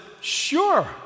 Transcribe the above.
sure